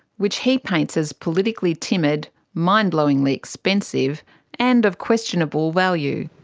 which he paints as politically timid, mind-blowingly expensive and of questionable value.